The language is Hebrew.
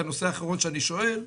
ראיתי, אדוני המנכ"ל,